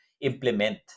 implement